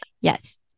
Yes